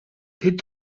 тэд